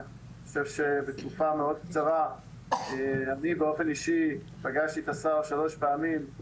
אני חושב שבתקופה מאוד קצרה אני באופן אישי פגשתי את השר שלוש פעמים,